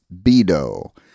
Bido